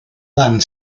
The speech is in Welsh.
dan